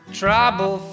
trouble